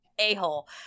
a-hole